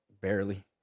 Barely